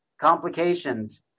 complications